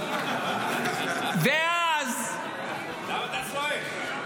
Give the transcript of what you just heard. ואז --- למה אתה צועק?